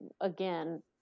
again